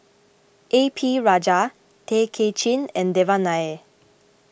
A P Rajah Tay Kay Chin and Devan Nair